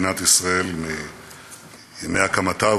הרבנות נקבעה בחוקי והסדרי מדינת ישראל מהקמתה,